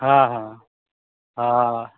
हाँ हाँ हाँ